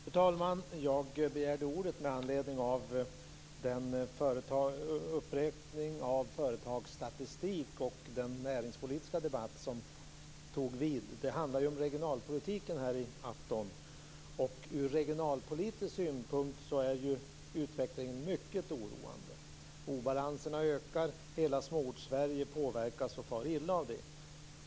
Fru talman! Jag begärde ordet med anledning av den uppräkning av företagsstatistik som gjordes och den näringspolitiska debatt som tog vid. Det handlar här i afton om regionalpolitiken, och ur regionalpolitisk synpunkt är utvecklingen mycket oroande. Obalanserna ökar. Hela Småortssverige påverkas och far illa av det.